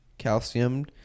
calcium